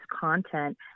content